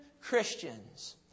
Christians